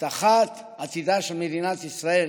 הבטחת עתידה של מדינת ישראל